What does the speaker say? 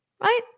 Right